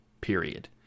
period